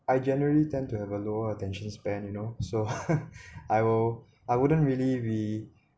I generally tend to have a lower attention span you know so I will I wouldn't really be